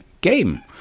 game